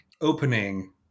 opening